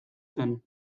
zen